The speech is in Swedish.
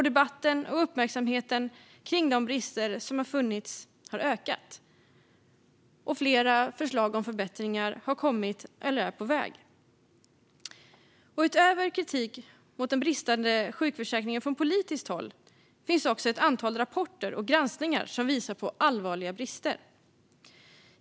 Debatten och uppmärksamheten kring de brister som funnits har ökat, och flera förslag om förbättringar har kommit eller är på väg. Utöver kritik mot den bristande sjukförsäkringen från politiskt håll finns det ett antal rapporter och granskningar som visar på allvarliga brister.